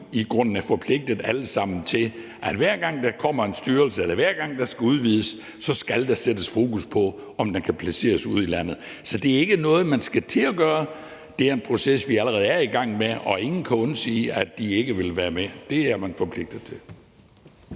sammen er forpligtet til, hver gang der kommer en styrelse, eller hver gang der skal udvides, at sætte fokus på, om det kan placeres ude i landet. Så det er ikke noget, man skal til at gøre, men en proces, vi allerede er i gang med, og ingen kan undsige det og sige, at de ikke vil være med; det er man forpligtet til.